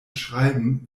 schreiben